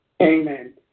Amen